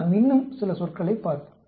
நாம் இன்னும் சில சொற்களைப் பார்ப்போம்